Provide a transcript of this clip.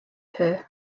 her